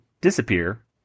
disappear